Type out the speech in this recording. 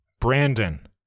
Brandon